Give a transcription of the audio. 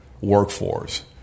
workforce